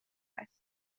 است